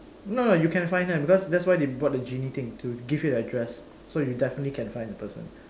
no no you can find her because that's why they bought the genie thing to give you the address so you definitely can find that person